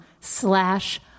slash